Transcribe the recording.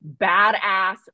badass